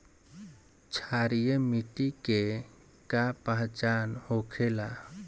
क्षारीय मिट्टी के का पहचान होखेला?